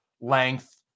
length